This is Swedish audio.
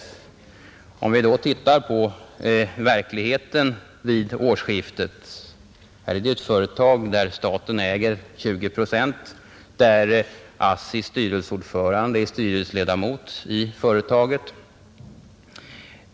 Låt oss då titta på verkligheten vid årsskiftet. Här är det ett företag där staten äger 20 procent och där ASSI:s styrelseordförande är styrelseledamot.